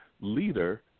leader